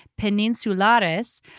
peninsulares